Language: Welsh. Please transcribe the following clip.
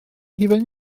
hufen